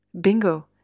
bingo